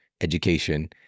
education